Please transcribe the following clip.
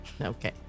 Okay